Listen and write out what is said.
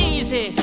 Easy